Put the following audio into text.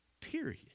period